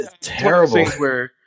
terrible